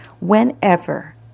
whenever